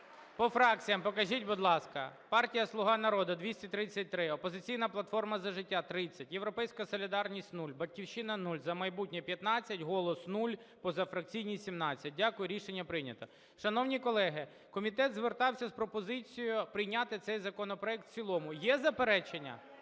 По фракціях покажіть, будь ласка. Партія "Слуга народу" – 233, "Опозиційна платформа – За життя" – 30, "Європейська солідарність" – 0, "Батьківщина" – 0, "За майбутнє" – 15, "Голос" – 0, позафракційні – 17. Дякую. Рішення прийнято. Шановні колеги, комітет звертався з пропозицією прийняти цей законопроект в цілому. Є заперечення?